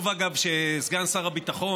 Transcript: טוב, אגב, שסגן שר הביטחון,